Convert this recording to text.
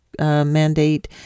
Mandate